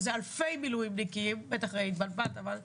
אנחנו בין האחרונים בעולם במדינות ה-OECD מבחינת נתונים,